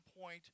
point